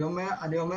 אני יודע,